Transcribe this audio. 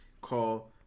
call